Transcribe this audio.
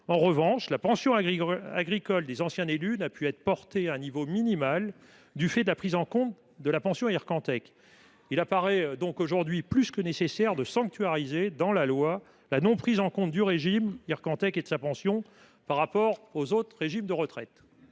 En revanche, la pension agricole des anciens élus n’a pu être portée à un niveau minimal en raison de la prise en compte de la pension Ircantec. Il apparaît donc aujourd’hui plus que nécessaire de sanctuariser dans la loi la non prise en compte du régime Ircantec et de sa pension par d’autres régimes de retraite.